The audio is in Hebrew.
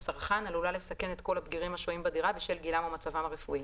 הצרכן עלולה לסכן את כל הבגירים השוהים בדירה בשל גילם או מצבם הרפואי,